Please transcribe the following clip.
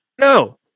No